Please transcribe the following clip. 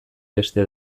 beste